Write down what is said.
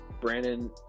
Brandon